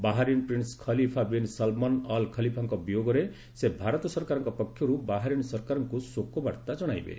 Bahrain prince Khalifa bin Salman Al ଖଲିଫାଙ୍କ ବିୟୋଗରେ ସେ ଭାରତ ସରକାରଙ୍କ ପକ୍ଷର୍ତ ବାହାରିନ୍ ସରକାରଙ୍କ ଶୋକବାର୍ତ୍ତା ଜଣାଇବେ